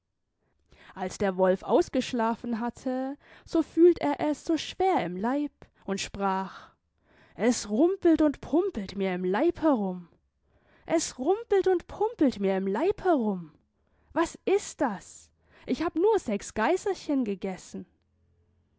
als der wolf ausgeschlafen hatte so fühlt er es so schwer im leib und sprach es rumpelt und pumpelt mir im leib herum es rumpelt und pumpelt mir im leib herum was ist das ich hab nur sechs geiserchen gegessen